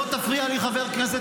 חבר הכנסת